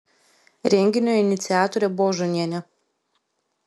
renginio iniciatorė božonienė